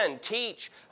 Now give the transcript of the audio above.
teach